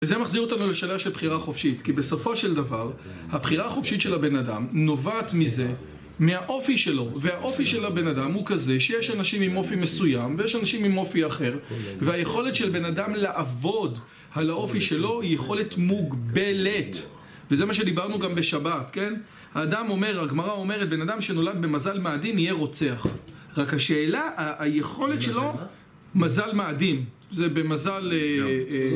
וזה מחזיר אותנו לשאלה של בחירה חופשית כי בסופו של דבר הבחירה החופשית של הבן אדם נובעת מזה מהאופי שלו והאופי של הבן אדם הוא כזה שיש אנשים עם אופי מסוים ויש אנשים עם אופי אחר והיכולת של בן אדם לעבוד על האופי שלו, היא יכולת מוגבלת וזה מה שדיברנו גם בשבת, כן? האדם אומר, הגמרא אומר את בן אדם שנולד במזל מעדין, יהיה רוצח רק השאלה, היכולת שלו, מזל מאדים, זה במזל...